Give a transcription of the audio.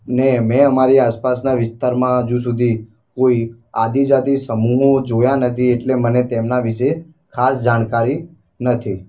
અને મેં અમારી આસપાસના વિસ્તારમાં હજુ સુધી કોઈ આદિજાતિ સમૂહો જોયા નથી એટલે મને તેમના વિશે ખાસ જાણકારી નથી